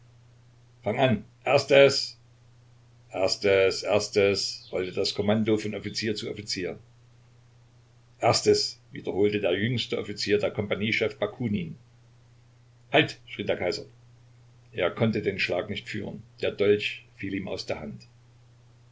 erstes erstes erstes rollte das kommando von offizier zu offizier erstes wiederholte der jüngste offizier der kompagniechef bakunin halt schrie der kaiser er konnte den schlag nicht führen der dolch fiel ihm aus der hand